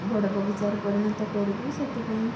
ବଡ଼ ବଗିଚାରେ ପରିଣତ କରିବୁ ସେଥିପାଇଁ